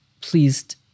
pleased